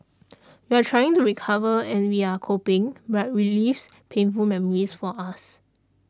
we're trying to recover and we're coping but relives painful memories for us